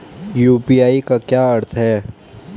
UPI का क्या अर्थ है?